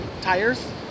tires